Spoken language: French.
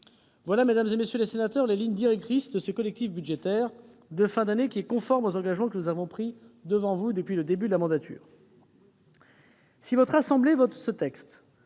Voilà, mesdames, messieurs les sénateurs, les lignes directrices de ce collectif budgétaire de fin d'année, qui est conforme aux engagements que nous avons pris devant vous depuis le début de la mandature. Si votre assemblée vote ce texte,